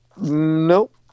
Nope